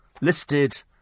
Listed